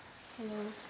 hello